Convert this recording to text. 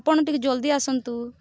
ଆପଣ ଟିକେ ଜଲଦି ଆସନ୍ତୁ